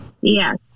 Yes